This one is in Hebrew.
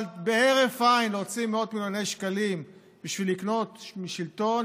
אבל בהרף עין להוציא מאות מיליוני שקלים בשביל לקנות שלטון,